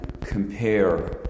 compare